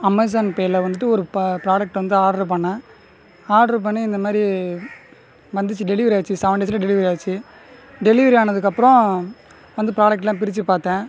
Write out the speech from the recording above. Amazon பேயில் வந்து ஒரு ப்ராடக்ட் வந்து ஆர்டர் பண்ணேன் ஆர்டர் பண்ணி இந்தமாரி வந்துடுச்சி டெலிவெரி ஆச்சு செவன் டேஸில் டெலிவரி ஆகிடுச்சி டெலிவரி ஆனதுக்கு அப்பறம் வந்து ப்ராடக்ட்லான் பிரித்து பார்த்தேன்